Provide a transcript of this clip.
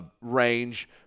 range